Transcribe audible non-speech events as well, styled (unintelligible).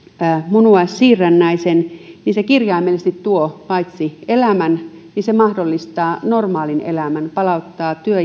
munuaissiirrännäisen niin se kirjaimellisesti tuo elämän mahdollistaa normaalin elämän palauttaa työ (unintelligible)